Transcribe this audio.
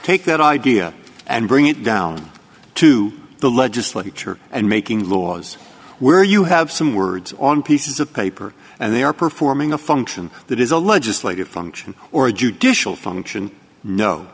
take that idea and bring it down to the legislature and making laws where you have some words on pieces of paper and they are performing a function that is a legislative function or a judicial function no